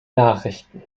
nachrichten